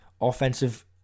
offensive